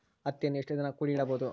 ಹತ್ತಿಯನ್ನು ಎಷ್ಟು ದಿನ ಕೂಡಿ ಇಡಬಹುದು?